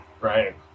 right